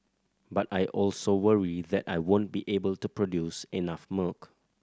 but I also worry that I won't be able to produce enough milk